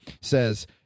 says